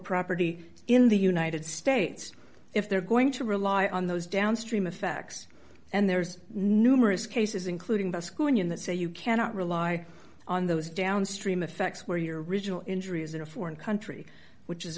property in the united states if they're going to rely on those downstream effects and there's numerous cases including the school in that say you cannot rely on those downstream effects where your original injury is in a foreign country which is